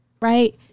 Right